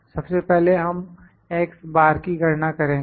सबसे पहले हम X बार की गणना करेंगे